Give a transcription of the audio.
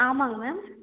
ஆமாங்க மேம்